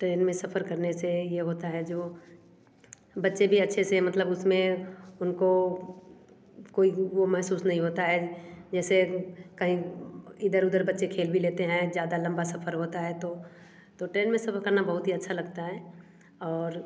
train में सफर करने से ये होता है जो बच्चे भी अच्छे से मतलब उसमें उनको कोई वो महसूस नहीं होता है जैसे कहीं इधर उधर बच्चे खेल भी लेते हैं ज़्यादा लंबा सफर होता है तो तो ट्रेन में सफर करना बहुत ही अच्छा लगता हैं और